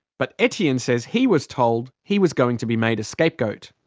but etienne says he was told he was going to be made a scapegoat.